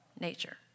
nature